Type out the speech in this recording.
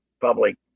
public